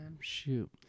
Shoot